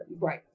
Right